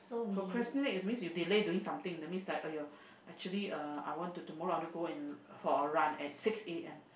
procrastinate is means you delay doing something that's mean like !aiay! actually uh I want to tomorrow go and to for a run at six A_M